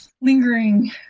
lingering